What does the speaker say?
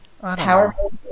powerful